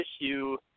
issue